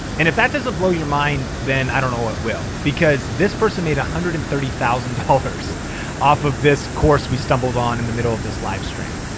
and if that doesn't blow your mind, then i don't know it will. because this person made one hundred and thirty thousand dollars off of this course we stumbled on in the middle of this live stream.